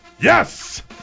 Yes